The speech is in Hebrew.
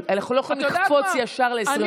אנחנו לא יכולים ישר לקפוץ ל-2021.